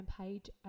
page